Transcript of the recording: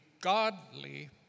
godly